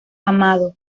amado